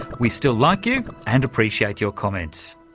we still like you and appreciate your comments.